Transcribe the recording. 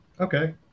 Okay